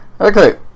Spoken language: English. Okay